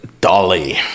Dolly